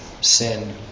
sin